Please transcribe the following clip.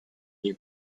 new